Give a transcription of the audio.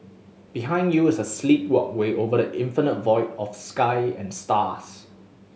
behind you is a sleek walkway over the infinite void of sky and stars